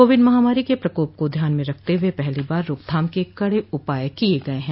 Covid महामारी के प्रकोप को ध्यान में रखते हुए पहली बार रोकथाम के कड़े उपाय किये गये हैं